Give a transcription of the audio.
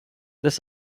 this